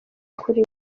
kuri